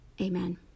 Amen